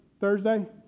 Thursday